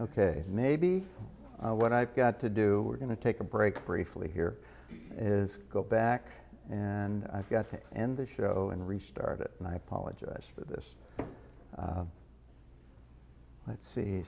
ok maybe what i've got to do we're going to take a break briefly here is go back and i've got to end the show and restart it and i apologize for this let's see